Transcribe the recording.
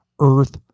Earth